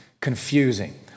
confusing